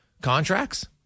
contracts